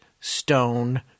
stone